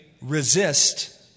resist